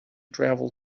travel